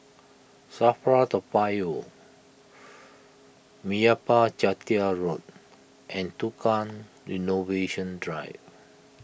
Safra Toa Payoh Meyappa Chettiar Road and Tukang Innovation Drive